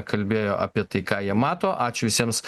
kalbėjo apie tai ką jie mato ačiū visiems